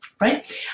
right